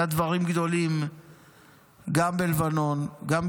הוא עושה דברים גדולים גם בלבנון גם,